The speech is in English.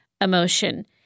emotion